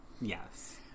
yes